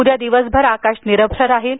उद्या दिवसभर आकाश निरभ्र राहील